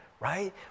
right